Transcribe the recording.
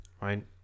right